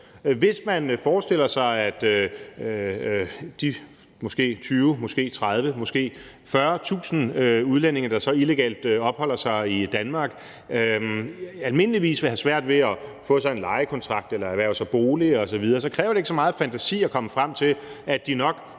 Hvis man forestiller sig, at de måske 20.000, måske 30.000, måske 40.000 udlændinge, der så illegalt opholder sig i Danmark, almindeligvis vil have svært ved at få sig en lejekontrakt eller erhverve sig en bolig osv., så kræver det ikke så meget fantasi at komme frem til, at de nok